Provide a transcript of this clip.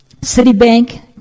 Citibank